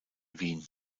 wien